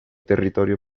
territorio